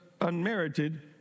unmerited